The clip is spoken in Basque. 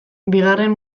bigarren